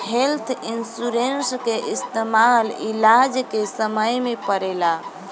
health insurance के इस्तमाल इलाज के समय में पड़ेला